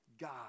God